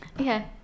Okay